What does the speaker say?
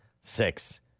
six